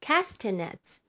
Castanets